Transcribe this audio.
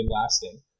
lasting